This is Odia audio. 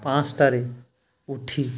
ପାଞ୍ଚଟାରେ ଉଠି